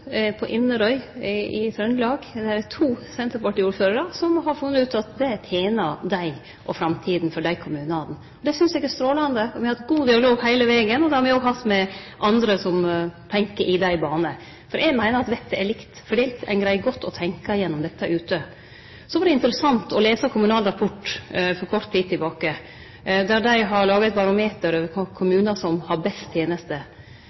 og Mosvik i Trøndelag. Der er det to senterpartiordførarar som har funne ut at det tener dei og framtida for dei kommunane. Det synest eg er strålande. Me har hatt god dialog heile vegen, og det har me òg hatt med andre som tenkjer i dei banane. Eg meiner at dette er likt fordelt. Ein greier godt å tenkje gjennom dette ute. Så var det interessant å lese Kommunal Rapport for kort tid tilbake. Dei har laga eit barometer over kommunar som har best